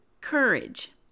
courage